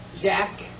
Jack